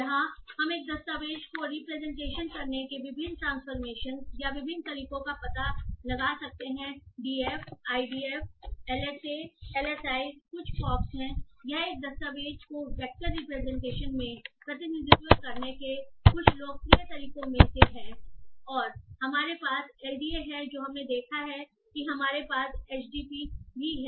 यहां हम एक दस्तावेज़ को रिप्रेजेंटेशन करने के विभिन्न ट्रांसफॉरमेशंस या विभिन्न तरीकों का पता लगा सकते हैं डीएफ आई डीएफ और एलएसए या एलएसआई कुछ पॉपस है यह एक दस्तावेज़ का वेक्टर रिप्रेजेंटेशन में रिप्रेजेंट करने के कुछ लोकप्रिय तरीकों में से हैं हमारे पास एलडीए है जो हमने देखा है हमारे पास एचडीपी है